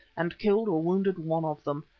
and killed or wounded one of them.